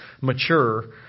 mature